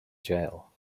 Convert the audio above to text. jail